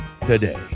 today